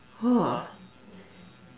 !whoa!